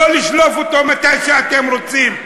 לא כדי לשלוף אותו מתי שאתם רוצים,